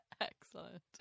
Excellent